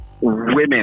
women